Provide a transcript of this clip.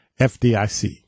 FDIC